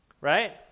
right